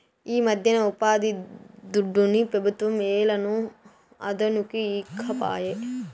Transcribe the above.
ఈమధ్యన ఉపాధిదుడ్డుని పెబుత్వం ఏలనో అదనుకి ఈకపాయే